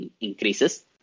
increases